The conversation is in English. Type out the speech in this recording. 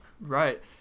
Right